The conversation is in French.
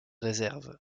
réserves